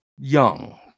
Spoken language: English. young